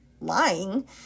lying